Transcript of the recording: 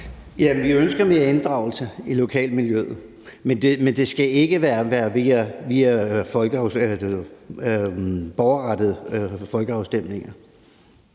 vi ønsker mere inddragelse i lokalmiljøet, men det skal ikke være via borgerrettede folkeafstemninger.